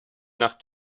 nach